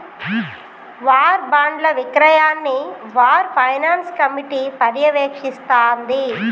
war బాండ్ల విక్రయాన్ని war finance committee పర్యవేక్షిస్తాంది